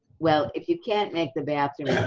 well, if you can't make the bathrooms